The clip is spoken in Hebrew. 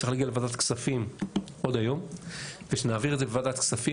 צריך להגיע לוועדת כספים עוד היום וכשנעביר את זה בוועדת כספים,